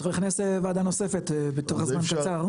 צריך לכנס ועדה נוספת בתוך זמן קצר.